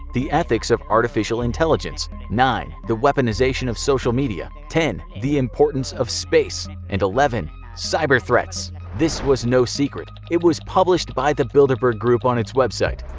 the ethics of artificial intelligence nine. the weaponization of social media ten. the importance of space and eleven. cyber threats this was no secret, it was published by the bilderberg group on its website.